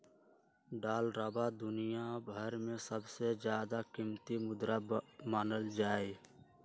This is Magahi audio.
डालरवा दुनिया भर में सबसे ज्यादा कीमती मुद्रा मानल जाहई